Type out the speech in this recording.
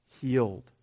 Healed